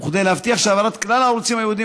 וכדי להבטיח שהעברת כלל הערוצים הייעודיים